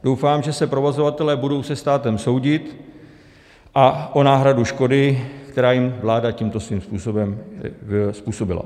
Doufám, že se provozovatelé budou se státem soudit o náhradu škody, která jim vláda tímto svým způsobem způsobila.